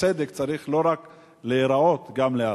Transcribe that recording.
הצדק צריך לא רק להיראות, גם להיעשות.